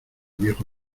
viejo